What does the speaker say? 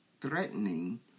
threatening